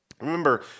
Remember